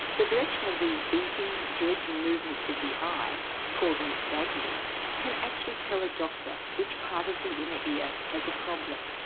the direction of these beating, jerking, movements of the eye called nystagmus can actually tell a doctor which part of the inner ear has a problem.